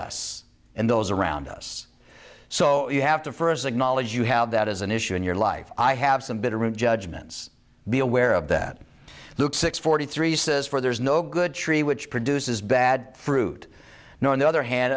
us and those around us so you have to first acknowledge you have that as an issue in your life i have some bitter root judgments be aware of that look six forty three says for there is no good tree which produces bad fruit no on the other hand